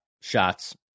shots